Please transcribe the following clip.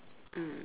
mm